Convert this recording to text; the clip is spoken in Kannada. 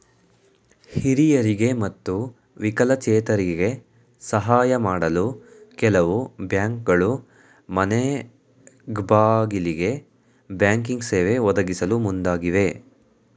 ಹಿರಿಯರಿಗೆ ಮತ್ತು ವಿಕಲಚೇತರಿಗೆ ಸಾಹಯ ಮಾಡಲು ಕೆಲವು ಬ್ಯಾಂಕ್ಗಳು ಮನೆಗ್ಬಾಗಿಲಿಗೆ ಬ್ಯಾಂಕಿಂಗ್ ಸೇವೆ ಒದಗಿಸಲು ಮುಂದಾಗಿವೆ